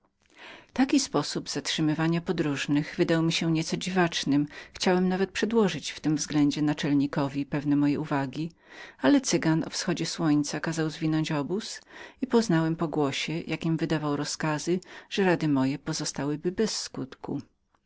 ich wigoni sposób ten zatrzymywania podróżnych wydał mi się nieco dziwacznym chciałem nawet przełożyć w tym względzie naczelnikowi pewne moje uwagi ale cygan o wschodzie słońca kazał zwinąć obóz i poznałem po głosie z jakim wydawał rozkazy że rady moje pozostałyby bez skutku